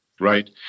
Right